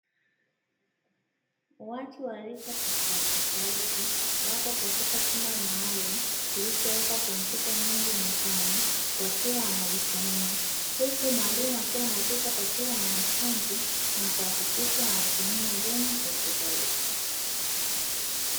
Watu wa rika tofautitofauti, wapo katika chumba maalumu, kilichowekwa kompyuta nyingi mezani, wakiwa wanajisomea, huku mwalimu akiwa anapita kwa kila mwanafunzi, na kuhakikisha wanatumia vyema kompyuta hizo.